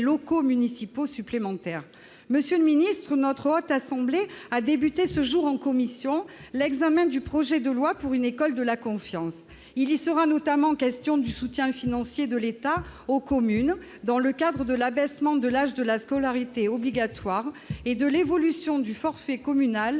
locaux municipaux supplémentaires, monsieur le Ministre notre Haute assemblée a débuté ce jour en commission, l'examen du projet de loi pour une école de la confiance, il y sera notamment question du soutien financier de l'État aux communes dans le cadre de l'abaissement de l'âge de la scolarité obligatoire et de l'évolution du forfait communal